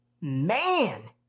Man